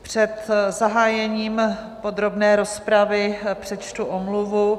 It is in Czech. Před zahájením podrobné rozpravy přečtu omluvu.